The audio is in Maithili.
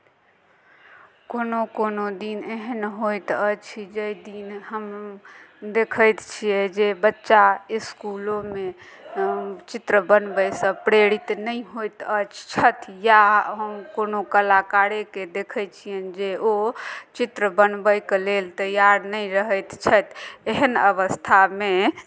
कोनो कोनो दिन एहन होइत अछि जाहि दिन हम देखैत छियै जे बच्चा इसकुलोमे चित्र बनबयसँ प्रेरित नहि होइत अछि छथि या हम कोनो कलाकारेकेँ देखै छियनि जे ओ चित्र बनबैके लेल तैयार नहि रहैत छथि एहन अवस्थामे